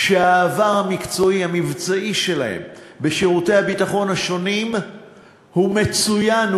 שהעבר המקצועי המבצעי שלהם בשירותי הביטחון השונים הוא מצוין,